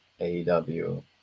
AEW